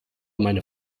meine